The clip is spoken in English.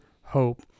hope